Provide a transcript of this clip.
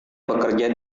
bekerja